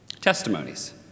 Testimonies